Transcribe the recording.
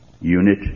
unit